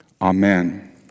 Amen